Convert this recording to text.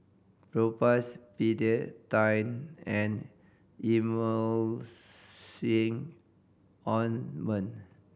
Propass Betadine and Emulsying Ointment